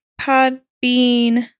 Podbean